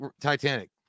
Titanic